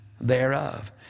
thereof